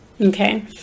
okay